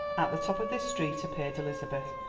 at the top of this street appeared elizabeth,